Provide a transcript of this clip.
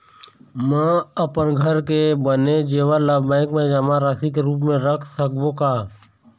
म अपन घर के बने जेवर ला बैंक म जमा राशि के रूप म रख सकबो का?